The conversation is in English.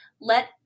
Let